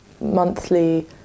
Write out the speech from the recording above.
monthly